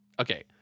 Okay